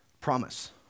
promise